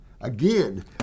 again